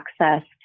access